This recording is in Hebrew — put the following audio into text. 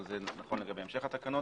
אבל זה נכון לגבי המשך התקנות,